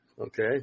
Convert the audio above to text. Okay